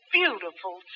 beautiful